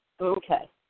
Okay